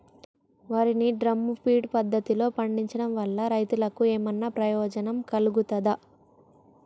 వరి ని drum feed పద్ధతిలో పండించడం వల్ల రైతులకు ఏమన్నా ప్రయోజనం కలుగుతదా?